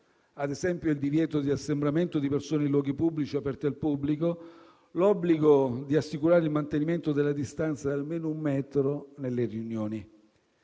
ad esempio, il divieto di assembramento di persone in luoghi pubblici o aperti al pubblico, l'obbligo di assicurare il mantenimento della distanza di almeno un metro nelle riunioni.